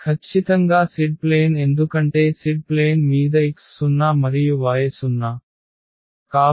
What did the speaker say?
ఇది ఖచ్చితంగా z plane ఎందుకంటే z ప్లేన్ మీద x 0 మరియు y 0